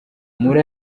muri